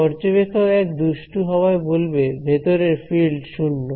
পর্যবেক্ষক 1 দুষ্টু হওয়ায় বলবে ভেতরে ফিল্ড 0